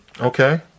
Okay